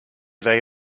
they